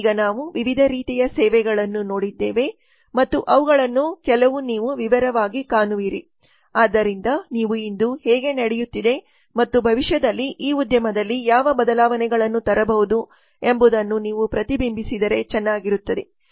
ಈಗ ನಾವು ವಿವಿಧ ರೀತಿಯ ಸೇವೆಗಳನ್ನು ನೋಡಿದ್ದೇವೆ ಮತ್ತು ಅವುಗಳಲ್ಲಿ ಕೆಲವು ನೀವು ವಿವರವಾಗಿ ಕಾಣುವಿರಿ ಆದ್ದರಿಂದ ನೀವು ಇಂದು ಹೇಗೆ ನಡೆಯುತ್ತಿದೆ ಮತ್ತು ಭವಿಷ್ಯದಲ್ಲಿ ಈ ಉದ್ಯಮದಲ್ಲಿ ಯಾವ ಬದಲಾವಣೆಗಳನ್ನು ತರಬಹುದು ಎಂಬುದನ್ನು ನೀವು ಪ್ರತಿಬಿಂಬಿಸಿದರೆ ಚೆನ್ನಾಗಿರುತ್ತದೆ